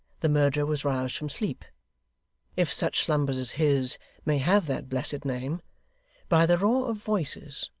the murderer was roused from sleep if such slumbers as his may have that blessed name by the roar of voices,